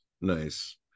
Nice